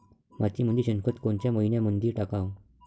मातीमंदी शेणखत कोनच्या मइन्यामंधी टाकाव?